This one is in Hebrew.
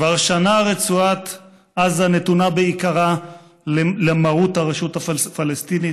כבר שנה רצועת עזה נתונה בעיקרה למרוּת הרשות הפלסטינית.